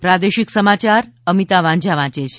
પ્રાદેશિક સમાયાર અમિતા વાંઝા વાંચે છે